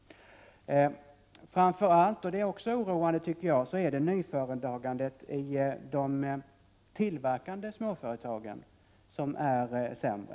Framför allt är nyföretagandet i de tillverkande småföretagen sämre än tidigare, vilket jag tycker är oroande.